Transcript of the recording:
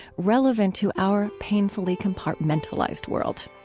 relevant to our painfully compartmentalized world